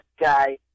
guy